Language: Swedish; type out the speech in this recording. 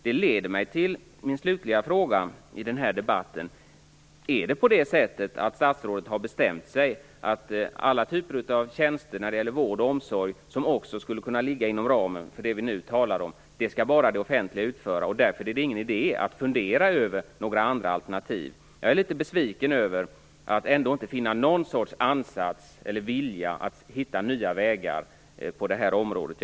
Det leder mig till den slutliga frågan i den här debatten: Är det på det sättet att statsrådet har bestämt sig för att alla typer av tjänster när det gäller vård och omsorg, som också skulle kunna ligga inom ramen för det vi nu talar om, skall bara det offentliga utföra och att det därför inte är någon idé att fundera över några andra alternativ? Jag är litet besviken över att inte finna någon sorts ansats eller någon vilja att finna nya vägar på det här området.